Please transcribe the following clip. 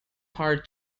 hard